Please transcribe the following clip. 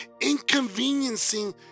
inconveniencing